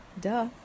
duh